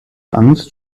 angst